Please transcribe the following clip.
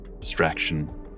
distraction